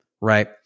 right